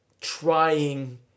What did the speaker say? trying